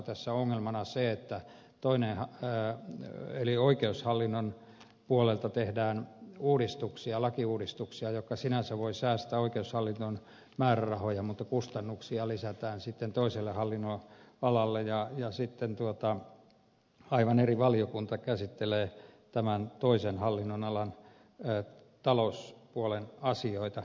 tässä on ongelmana se että oikeushallinnon puolelta tehdään lakiuudistuksia jotka sinänsä voivat säästää oikeushallinnon määrärahoja mutta kustannuksia lisätään sitten toiselle hallinnonalalle ja sitten aivan eri valiokunta käsittelee tämän toisen hallinnonalan talouspuolen asioita